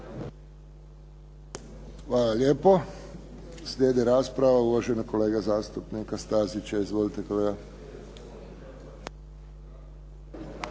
Hvala lijepo. Slijedi rasprava uvaženog kolege zastupnika Stazića. Izvolite kolega